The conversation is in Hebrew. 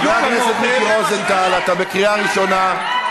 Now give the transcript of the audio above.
הקונספציה של לשבת ולא לעשות כלום.